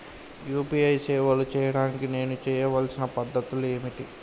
UPI సేవలు చేయడానికి నేను చేయవలసిన పద్ధతులు ఏమిటి?